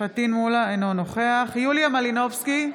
אינו נוכח יוליה מלינובסקי,